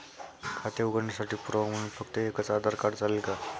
खाते उघडण्यासाठी पुरावा म्हणून फक्त एकच आधार कार्ड चालेल का?